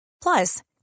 Plus